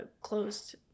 closed